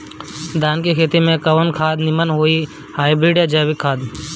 धान के खेती में कवन खाद नीमन होई हाइब्रिड या जैविक खाद?